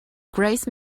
grace